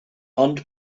ond